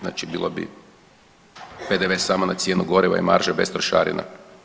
Znači bilo bi PDV samo na cijenu goriva i marže bez trošarina.